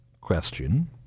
question